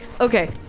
okay